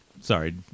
Sorry